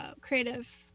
creative